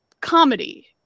comedy